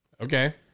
Okay